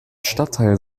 stadtteil